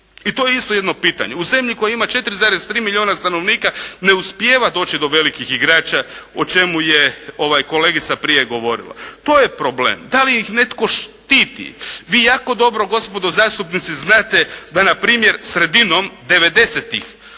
i to je isto jedno pitanje, u zemlji koja ima 4,3 milijuna stanovnika ne uspijeva doći do velikih igrača o čemu je kolegica prije govorila. To je problem. Da li ih netko štiti. Vi jako dobro gospodo zastupnici znate da npr. sredinom 90-tih